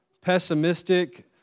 pessimistic